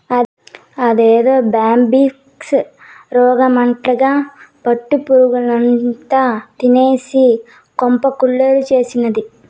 అదేదో బ్యాంబిక్స్ రోగమటక్కా పట్టు పురుగుల్నంతా తినేసి కొంప కొల్లేరు చేసినాది